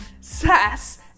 sass